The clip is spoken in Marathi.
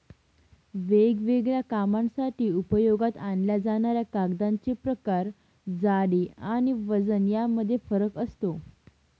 वेगवेगळ्या कामांसाठी उपयोगात आणल्या जाणाऱ्या कागदांचे प्रकार, जाडी आणि वजन यामध्ये फरक असतो